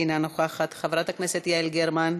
אינה נוכחת, חברת הכנסת יעל גרמן,